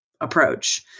approach